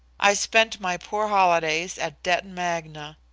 i spent my poor holidays at detton magna.